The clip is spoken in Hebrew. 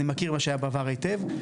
אני מכיר מה שהיה בעבר היטב,